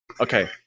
Okay